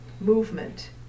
movement